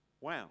Wow